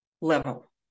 level